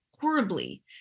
horribly